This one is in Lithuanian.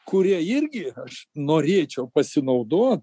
kurie irgi aš norėčiau pasinaudoti